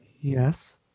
Yes